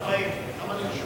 כמה נרשמו?